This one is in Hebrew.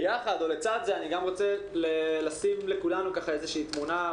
ביחד או לצד זה אני גם רוצה לשים בפני כולנו איזו תמונה.